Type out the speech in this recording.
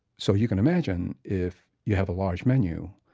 so you can imagine if you have a large menu,